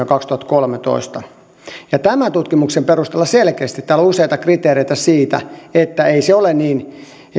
kaksituhattakolmetoista ja tämän tutkimuksen perusteella selkeästi täällä on useita kriteereitä siitä ei ole niin